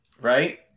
right